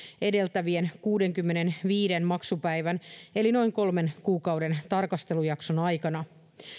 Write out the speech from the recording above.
edeltävien kuudenkymmenenviiden maksupäivän eli noin kolmen kuukauden tarkastelujakson aikana